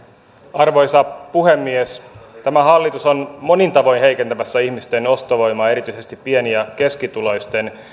arvoisa puhemies tämä hallitus on monin tavoin heikentämässä ihmisten ostovoimaa erityisesti pieni ja keskituloisten